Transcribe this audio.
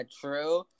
true